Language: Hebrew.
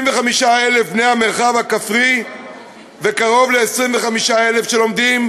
75,000 בני המרחב הכפרי וקרוב ל-25,000 שלומדים